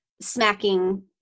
smacking